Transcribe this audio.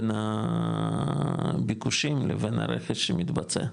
בין הביקושים לבין הרכש שמתבצע,